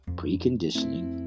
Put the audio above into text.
preconditioning